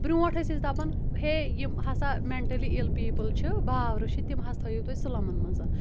برٛونٛٹھ ٲسۍ أسۍ دَپان ہے یِم ہسا مٮ۪نٹٕلی اِل پیٖپٕل چھِ باورٕ چھِ تِم حَظ تھٲیِو تُہۍ سٕلَمَن منٛز